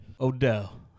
Odell